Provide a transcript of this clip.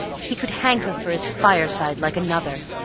he could hanker for his fireside like another!